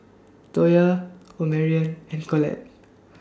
Toya Omarion and Collette